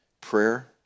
prayer